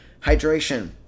Hydration